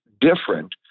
different